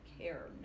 care